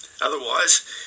otherwise